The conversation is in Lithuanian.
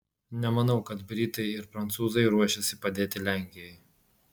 nemanau kad britai ir prancūzai ruošiasi padėti lenkijai